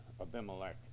Abimelech